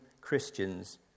Christians